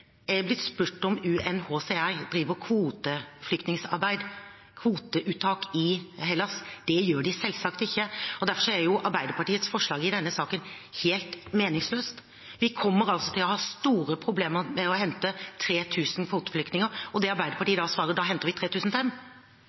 Jeg har blitt spurt om UNHCR driver kvoteflyktningarbeid, kvoteuttak i Hellas. Det gjør de selvsagt ikke. Derfor er Arbeiderpartiets forslag i denne saken helt meningsløst. Vi kommer til å ha store problemer med å hente 3 000 kvoteflyktninger, og det Arbeiderpartiet da svarer, er at da henter vi